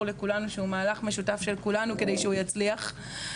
לכולנו שהוא מהלך משותף לכולנו שכדי שהוא יצליח.